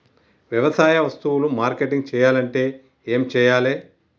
వ్యవసాయ వస్తువులు మార్కెటింగ్ చెయ్యాలంటే ఏం చెయ్యాలే?